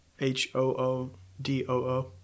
H-O-O-D-O-O